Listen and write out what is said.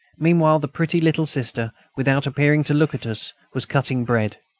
meanwhile the pretty little sister, without appearing to look at us, was cutting bread,